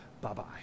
Bye-bye